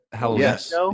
Yes